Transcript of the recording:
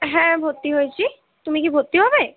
হ্যাঁ ভর্তি হয়েছি তুমি কি ভর্তি হবে